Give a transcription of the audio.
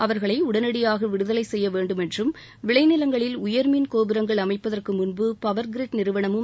அவர்களை உடனடியாக விடுதலை செய்ய வேண்டும் என்றும் விளை நிலங்களில் உயர் மின்கோபுரங்கள் அமைப்பதற்கு முன்பு பவர் கிரிட் நிறுவனமும்